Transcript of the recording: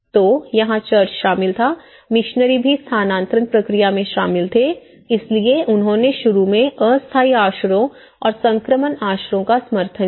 तो यहाँ चर्च शामिल था मिशनरी भी स्थानांतरण प्रक्रिया में शामिल थे इसलिए उन्होंने शुरू में अस्थायी आश्रयों और संक्रमण आश्रयों का समर्थन किया